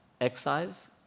Excise